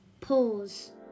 Pause